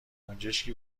گنجشکی